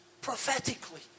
prophetically